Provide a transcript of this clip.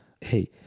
hey